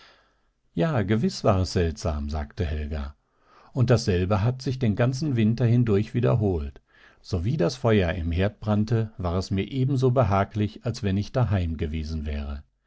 ja gewiß war es seltsam sagte helga und dasselbe hat sich den ganzen winter hindurch wiederholt sowie das feuer im herd brannte war es mir ebenso behaglich als wenn ich daheim gewesen wäre